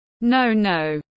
no-no